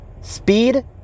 Speed